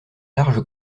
large